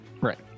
Right